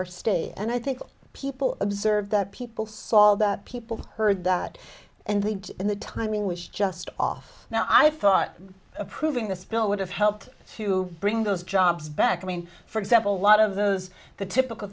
our state and i think people observed that people saw that people heard that and the timing was just off now i thought approving this bill would have helped to bring those jobs back i mean for example lot of those the typical